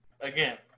again